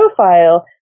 profile